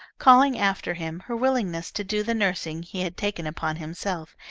calling after him her willingness to do the nursing he had taken upon himself,